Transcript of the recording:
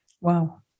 wow